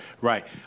Right